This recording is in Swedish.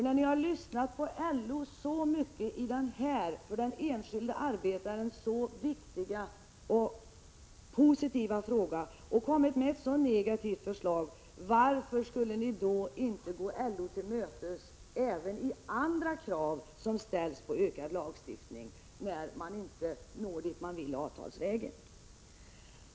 När ni lyssnat på LO så mycket i denna för den enskilde arbetaren så viktiga och positiva fråga och kommit med ett så negativt förslag, varför skulle ni då inte gå LO till mötes även i andra krav som ställs på ökad lagstiftning när man inte når dit man vill avtalsvägen?